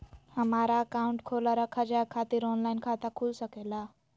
हमारा अकाउंट खोला रखा जाए खातिर ऑनलाइन खाता खुल सके ला?